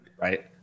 right